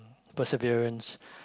perseverence